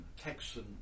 Texan